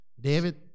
David